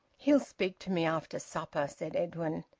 he'll speak to me after supper, said edwin.